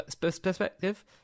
perspective